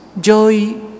joy